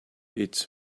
its